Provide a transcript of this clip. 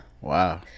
Wow